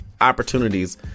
opportunities